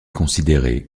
considéré